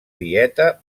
dieta